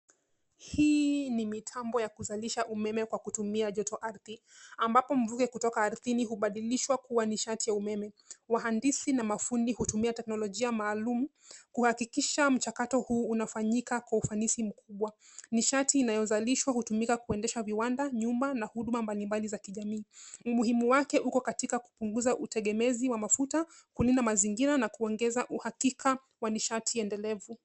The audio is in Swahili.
Hii ni mitambo ya kuzalisha umeme kwa kutumia joto ardhi, ambapo mvuke kutoka ardhini hubadilishwa kuwa nishati ya umeme. Wahandisi na mafundi hutumia teknolojia maalum kuhakikisha mchakato huu unafanyika kwa ufanisi mkubwa. Nishati inayozalishwa hutumika kuendesha viwanda, nyumba na huduma mbalimbali za kijamii. Umuhimu wake upo katika kupunguza utegemezi wa mafuta, kulinda mazingira na kuongeza uhakika wa nishati endelevu.